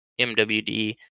MWD